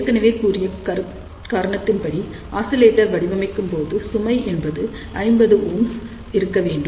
ஏற்கனவே கூறிய காரணத்தின் படி ஆசிலேட்டர் வடிவமைக்கும் போது சுமை எப்போதும் 50Ω இருக்க வேண்டும்